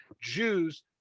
jews